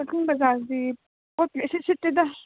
ꯀꯛꯆꯤꯡ ꯕꯖꯥꯔꯁꯤ ꯄꯣꯠꯀꯥ ꯏꯁꯤꯠ ꯁꯤꯠꯇꯦꯗ